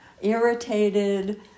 irritated